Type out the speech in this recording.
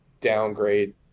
downgrade